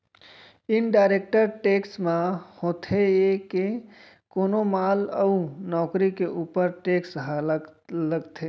indirect tax म होथे ये के कोनो माल अउ नउकरी के ऊपर टेक्स ह लगथे